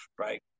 right